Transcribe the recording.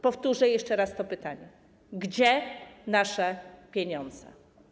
Powtórzę jeszcze raz to pytanie: Gdzie nasze pieniądze?